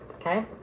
Okay